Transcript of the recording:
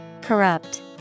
Corrupt